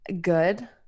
good